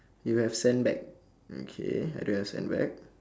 you have sandbag okay I don't have sandbag